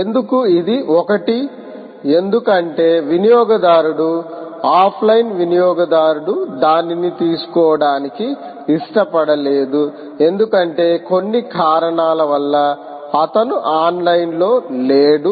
ఎందుకు ఇది ఒకటి ఎందుకంటే వినియోగదారుడు ఆఫ్లైన్ వినియోగదారుడు దానిని తీసుకోడానికి ఇష్టపడలేదు ఎందుకంటే కొన్ని కారణాల వల్ల అతను ఆన్లైన్లో లేడు